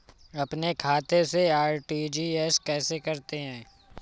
अपने खाते से आर.टी.जी.एस कैसे करते हैं?